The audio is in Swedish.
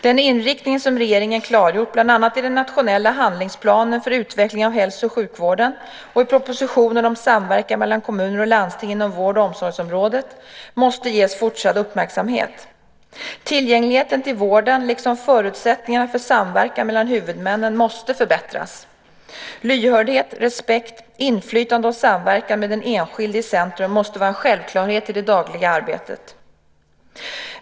Den inriktning som regeringen klargjort, bland annat i den nationella handlingsplanen för utveckling av hälso och sjukvården och i propositionen om samverkan mellan kommuner och landsting inom vård och omsorgsområdet måste ges fortsatt uppmärksamhet. Tillgängligheten till vården liksom förutsättningarna för samverkan mellan huvudmännen måste förbättras. Lyhördhet, respekt, inflytande och samverkan med den enskilde i centrum måste vara en självklarhet i det dagliga arbetet.